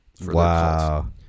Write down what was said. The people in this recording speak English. Wow